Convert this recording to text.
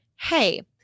hey